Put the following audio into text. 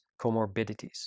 comorbidities